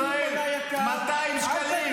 מעל 40 שקלים.